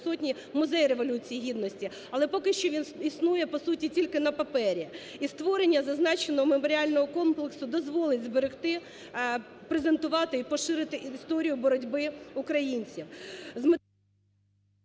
Музей Революції Гідності. Але поки, що він існує, по суті, тільки на папері. І створення зазначеного меморіального комплексу дозволить зберегти, презентувати і поширити історії боротьби українців.